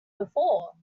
before